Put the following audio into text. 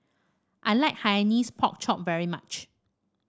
I like Hainanese Pork Chop very much